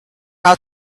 how